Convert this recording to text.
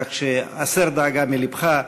כך שהסר דאגה מלבך.